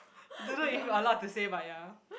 don't know if allowed to say but ya